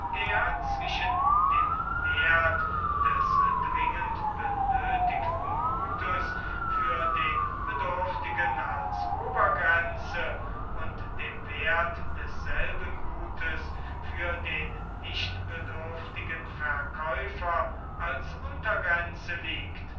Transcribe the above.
der zwischen dem wert des dringend benötigten gutes für den bedürftigen als obergrenze und dem wert desselben gutes für den nicht bedürftigen verkäufer als untergrenze liegt